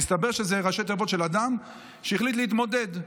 מסתבר שאלה ראשי תיבות של אדם שהחליט להתמודד,